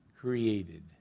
created